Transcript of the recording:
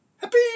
Happy